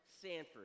Sanford